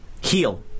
Heal